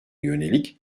yönelik